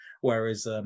whereas